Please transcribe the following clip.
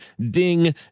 DING